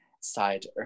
cider